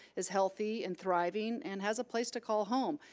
is healthy and thriving, and has a place to call home,